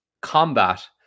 combat